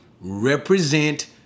represent